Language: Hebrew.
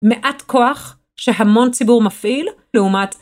מעט כוח שהמון ציבור מפעיל לעומת